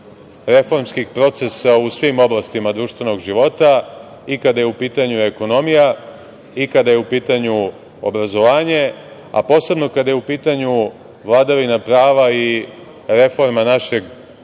reformskih procesa u svim oblastima društvenog života, i kada je u pitanju ekonomija i kada je u pitanju obrazovanje, a posebno kada je u pitanju vladavina prava i reforma našeg